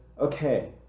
okay